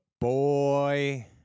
boy